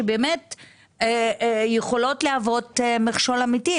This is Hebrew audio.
שבאמת יכולות להוות מכשול אמיתי,